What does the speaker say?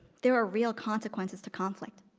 there are real consequences to conflict,